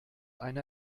eine